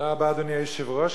אדוני היושב-ראש,